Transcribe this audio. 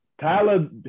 Tyler